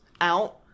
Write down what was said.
out